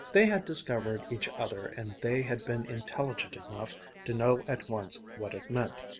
they had discovered each other, and they had been intelligent enough to know at once what it meant.